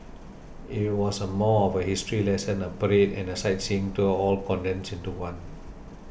it was a more of a history lesson a parade and a sightseeing tour all condensed into one